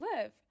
live